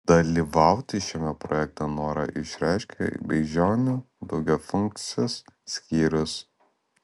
dalyvauti šiame projekte norą išreiškė beižionių daugiafunkcis skyrius